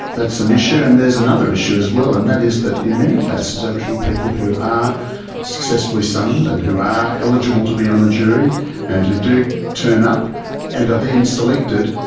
that's an issue. and there's another issue as well and that is that in many cases aboriginal people who are successfully summoned and who are eligible to be on a jury and who do turn up and are then selected,